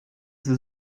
sie